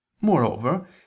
Moreover